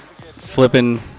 flipping